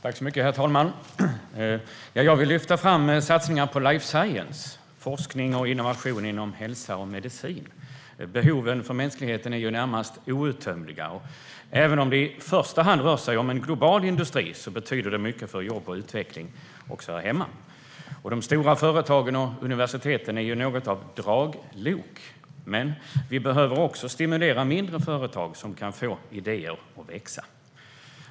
Herr talman! Jag vill lyfta fram satsningar på life science, det vill säga forskning och innovation inom hälsa och medicin. Behoven för mänskligheten är närmast outtömliga. Även om det i första hand rör sig om en global industri betyder det mycket för jobb och utveckling också här hemma. De stora företagen och universiteten är något av draglok, men vi behöver också stimulera mindre företag som kan få idéer att växa.